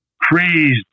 crazed